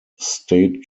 state